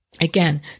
Again